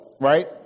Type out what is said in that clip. Right